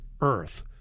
Earth